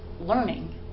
learning